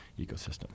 ecosystem